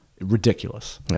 Ridiculous